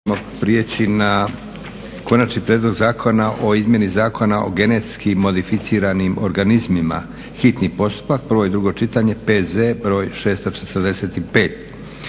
prijeći na - Konačni prijedlog zakona o izmjeni Zakona o genetski modificiranim organizmima, hitni postupak, prvo i drugo čitanje, P.Z. br. 645;